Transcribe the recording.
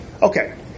Okay